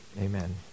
Amen